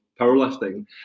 powerlifting